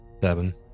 Seven